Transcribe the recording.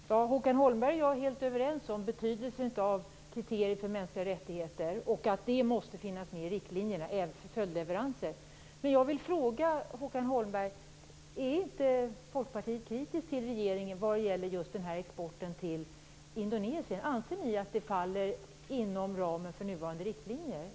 Herr talman! Håkan Holmberg och jag är helt överens om betydelsen av kriteriet för mänskliga rättigheter och att det måste finnas med i riktlinjerna även för följdleveranser. Indonesien? Anser ni att det faller inom ramen för nuvarande riktlinjer?